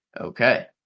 Okay